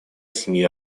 семьи